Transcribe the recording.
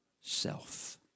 Self